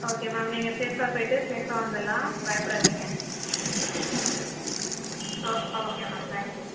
okay ma'am நீங்கள் சேஃபாக போயிட்டு சேஃபாக வந்துடலாம் பயப்படாதீங்க oh okay ma'am thank you